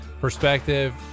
perspective